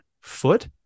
foot